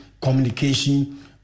communication